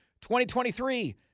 2023